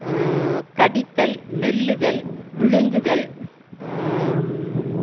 கடித்தல் மெல்லுதல் விழுங்குதல்